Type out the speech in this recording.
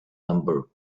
number